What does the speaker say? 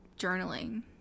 journaling